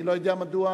אני לא יודע מדוע,